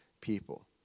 people